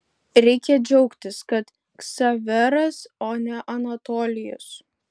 reikia džiaugtis kad ksaveras o ne anatolijus